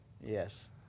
Yes